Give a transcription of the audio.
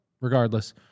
regardless